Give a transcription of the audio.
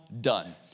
done